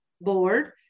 board